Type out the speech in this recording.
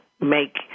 make